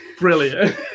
brilliant